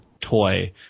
toy